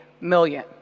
million